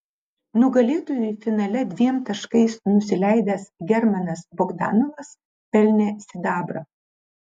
nugalėtojui finale dviem taškais nusileidęs germanas bogdanovas pelnė sidabrą